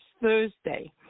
Thursday